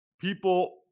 people